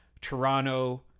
Toronto